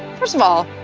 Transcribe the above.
first of all,